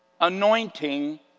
anointing